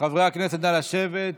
חברי הכנסת, נא לשבת.